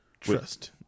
Trust